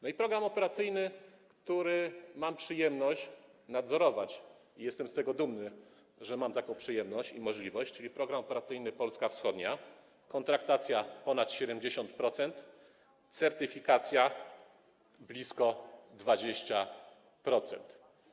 No i program operacyjny, który mam przyjemność nadzorować, jestem dumny z tego, że mam taką przyjemność i możliwość, czyli Program Operacyjny „Polska Wschodnia”: kontraktacja - ponad 70%, certyfikacja - blisko 20%.